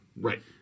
right